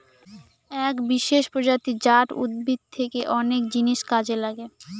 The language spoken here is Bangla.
এক বিশেষ প্রজাতি জাট উদ্ভিদ থেকে অনেক জিনিস কাজে লাগে